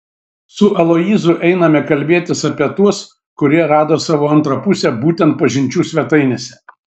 su aloyzu einame kalbėtis apie tuos kurie rado savo antrą pusę būtent pažinčių svetainėse